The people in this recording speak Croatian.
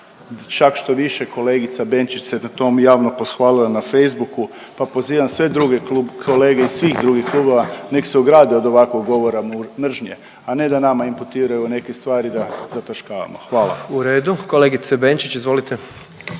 čak štoviše kolegica Benčić se na tome javno pohvalila na Facebooku pa pozivam sve druge kolege iz svih drugih klubova nek' se ograde od ovakvog govora mržnje, a ne da nama imputiraju neke stvari da zataškavamo. Hvala. **Jandroković, Gordan